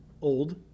old